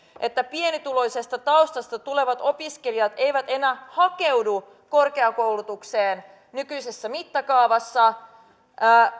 että pienituloisesta taustasta tulevat opiskelijat eivät enää hakeudu korkeakoulutukseen nykyisessä mittakaavassa